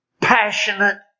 passionate